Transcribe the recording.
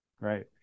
Right